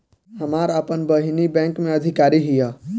हमार आपन बहिनीई बैक में अधिकारी हिअ